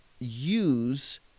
use